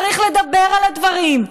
צריך לדבר על הדברים.